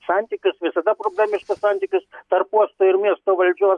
santykius visada problemiškus santykius tarp uosto ir miesto valdžios